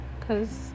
cause